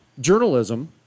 journalism